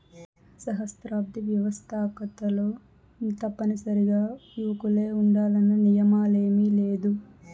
సహస్రాబ్ది వ్యవస్తాకతలో తప్పనిసరిగా యువకులే ఉండాలన్న నియమేమీలేదు